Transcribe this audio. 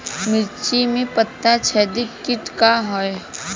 मिर्च में पता छेदक किट का है?